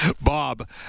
Bob